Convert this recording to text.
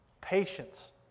patience